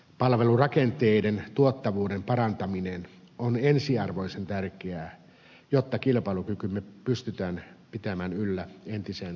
palvelurakenteiden tuottavuuden parantaminen on ensiarvoisen tärkeää jotta kilpailukykymme pystytään pitämään yllä entiseen tapaan